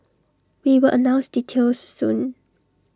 we will announce details soon